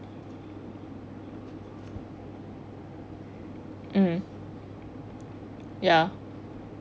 um ya